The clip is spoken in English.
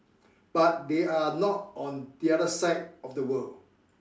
but they are not on the other side of the world